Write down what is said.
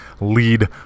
lead